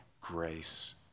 grace